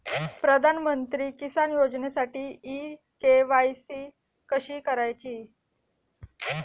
प्रधानमंत्री किसान योजनेसाठी इ के.वाय.सी कशी करायची?